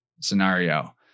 scenario